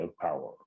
power